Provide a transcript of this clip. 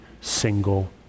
single